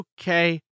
okay